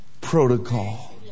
protocol